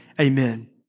amen